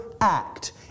act